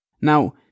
Now